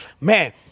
man